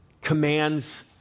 commands